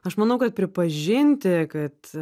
aš manau kad pripažinti kad